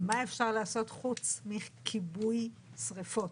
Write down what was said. מה אפשר לעשות חוץ מכיבוי שריפות.